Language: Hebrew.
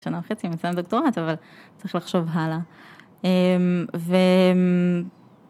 שנה וחצי אני מסיימת דוקטורט, אבל צריך לחשוב הלאה. אמ... ו...